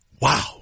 Wow